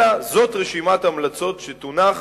אלא זאת רשימת המלצות שתונח